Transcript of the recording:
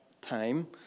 time